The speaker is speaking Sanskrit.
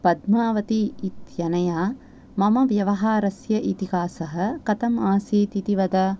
पद्मावती इत्यनया मम व्यवहारस्य इतिहासः कथम् आसीत् इति वद